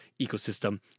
ecosystem